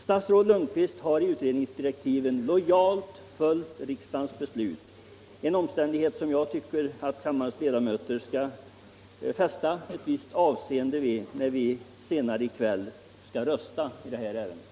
Statsrådet Lundkvist har i utredningsdirektiven lojalt följt riksdagens beslut, en omständighet som jag tycker att kammarens ledamöter skall fästa ett visst avseende vid när vi senare i kväll skall rösta i detta ärende.